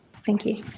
thank you.